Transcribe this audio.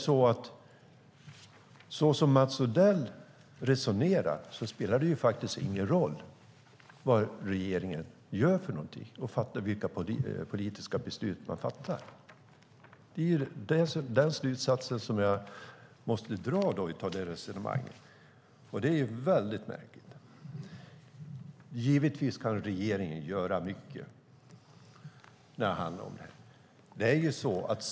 Såsom Mats Odell resonerar spelar det faktiskt ingen roll vad regeringen gör och vilka politiska beslut man fattar. Det är den slutsatsen jag måste dra av det resonemanget, och det är väldigt märkligt. Givetvis kan regeringen göra mycket här.